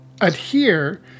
adhere